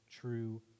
true